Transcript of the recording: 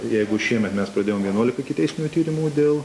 jeigu šiemet mes pradėjom vienuolika ikiteisminių tyrimų dėl